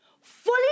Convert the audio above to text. fully